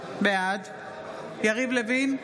בעד יריב לוין,